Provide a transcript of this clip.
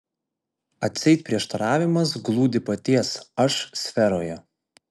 atseit prieštaravimas glūdi paties aš sferoje